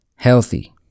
Healthy